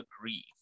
agree